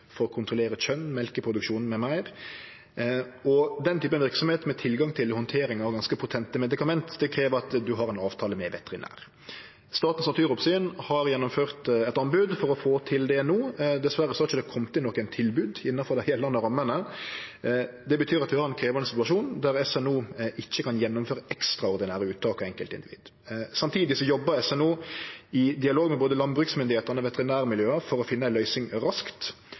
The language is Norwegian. for å kontrollere kjønn, mjølkeproduksjon m.m. Den typen verksemd, med tilgang til og handtering av ganske potente medikament, krev at ein har ein avtale med veterinær. Statens naturoppsyn har gjennomført eit anbod for å få til det no. Dessverre har det ikkje kome inn nokon tilbod innanfor dei gjeldande rammene. Det betyr at vi har ein krevjande situasjon, der SNO ikkje kan gjennomføre ekstraordinære uttak av enkeltindivid. Samtidig jobbar SNO, i dialog med både landbruksmyndigheitene og veterinærmiljøa, for å finne ei løysing raskt.